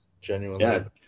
Genuinely